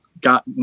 got